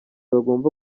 bagomba